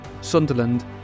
Sunderland